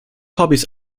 hobbies